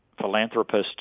philanthropists